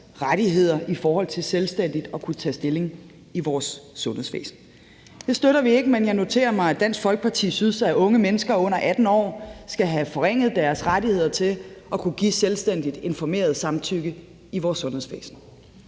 rettigheder i forhold til selvstændigt at kunne tage stilling i vores sundhedsvæsen. Det støtter vi ikke, men jeg noterer mig, at Dansk Folkeparti synes, at unge mennesker under 18 år skal have forringet deres rettigheder til at kunne give selvstændigt informeret samtykke i vores sundhedsvæsen.